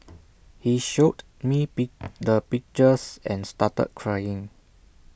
he showed me beat the pictures and started crying